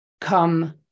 come